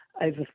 over